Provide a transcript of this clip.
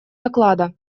доклада